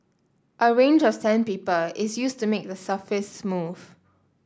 a range of sandpaper is used to make the surface smooth